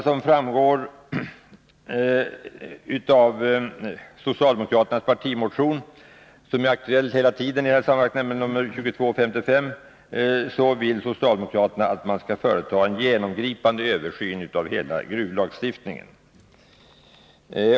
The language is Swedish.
Som framgår av socialdemokraternas partimotion 2255 vill socialdemokraterna företa en genomgripande översyn av hela gruvlagstiftningen.